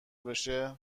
بشه